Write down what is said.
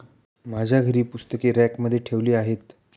माझ्या घरी पुस्तके रॅकमध्ये नीट ठेवली आहेत